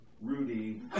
Rudy